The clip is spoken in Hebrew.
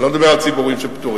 ואני לא מדבר על ציבורים שפטורים.